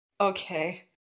Okay